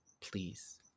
Please